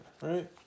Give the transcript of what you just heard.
right